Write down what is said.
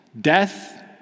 Death